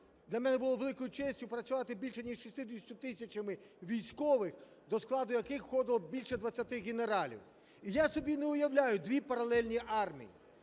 для мене було великою честю працювати більше ніж з 60 тисячами військових, до складу яких входило більше 20 генералів, і я собі не уявляю дві паралельні армії.